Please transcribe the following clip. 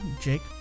Jake